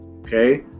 Okay